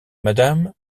madame